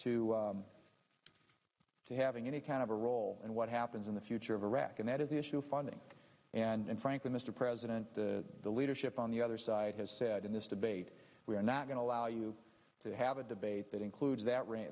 to to having any kind of a role and what happens in the future of iraq and that is the issue of funding and frankly mr president the the leadership on the other side has said in this debate we are not going to allow you to have a debate that includes that rain